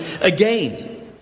again